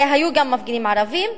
והיו גם מפגינים ערבים.